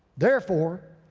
therefore,